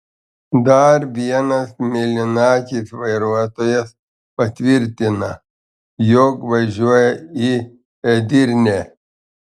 dar vienas mėlynakis vairuotojas patvirtina jog važiuoja į edirnę